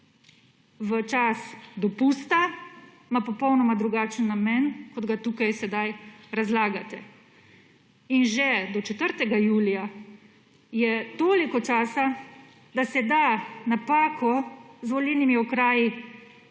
v čas dopusta ima popolnoma drugačen namen, kot ga tukaj sedaj razlagate, in že do 4. julija je toliko časa, da se da napako z volilnimi okraji